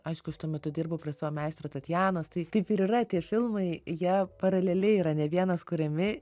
aišku aš tuo metu dirbau prie savo meistro ir tatjanos tai taip ir yra tie filmai jie paraleliai yra ne vienas kuriami